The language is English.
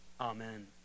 Amen